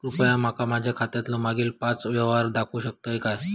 कृपया माका माझ्या खात्यातलो मागील पाच यव्हहार दाखवु शकतय काय?